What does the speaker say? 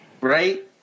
right